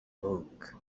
spoke